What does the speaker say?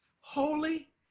holy